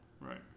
Right